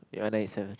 you want ninety seven